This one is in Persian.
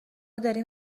داریم